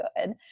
good